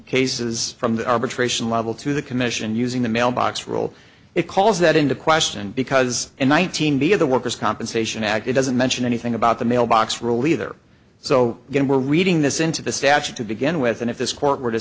cases from the arbitration level to the commission using the mailbox rule it calls that into question because in one thousand b of the worker's compensation act it doesn't mention anything about the mailbox rule either so again we're reading this into the statute to begin with and if this court were to